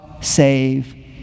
Save